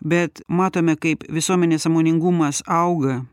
bet matome kaip visuomenės sąmoningumas auga